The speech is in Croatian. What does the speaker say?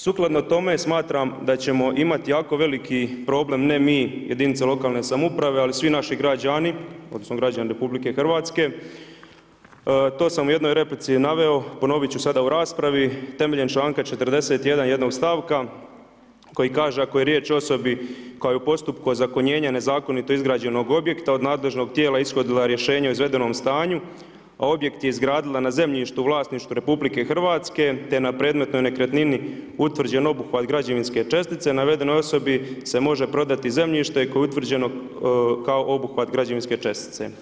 Sukladno tome, smetam, da ćemo imati jako veliki problem, ne mi jedinice lokalne samouprave, ali svi naši građani, odnosno građani RH to sam u jednoj replici naveo, ponoviti ću sada u raspravi, temeljem čl. 41. jednog stavka, koji kaže, ako je riječ o osobi koja je u postupku ozakonjenja nezakonito izgrađenog objekta, od nadležnog tijela, ishodila rješenja o izvedenom stanju, a objekt je izgradila na zemljištu, vlasništvu RH, te na predmetnoj nekretnini, utvrđen obuhvat građevinske čestice, navedenoj osobi se može prodati zemljište, koje je utvrđeno kao obuhvat građevinske čestice.